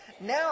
now